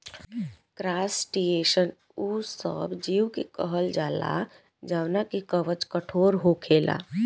crustacean उ सब जीव के कहल जाला जवना के कवच कठोर होखेला